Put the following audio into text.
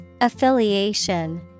Affiliation